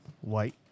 white